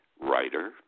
writer